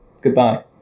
Goodbye